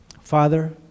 Father